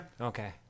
okay